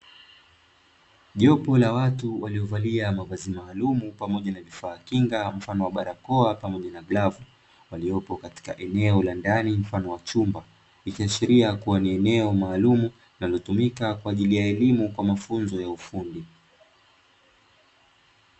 Jopo la watu waliovalia mavazi maalumu pamoja na vifaa kinga mfano wa barakoa pamoja na glavu waliopo katika eneo la ndani mfano wa chumba, ikiashiria ni eneo maalumu linalotumika kwaajili ya elemu kwa mafunzo ya ufundi.